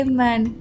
man